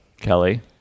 Kelly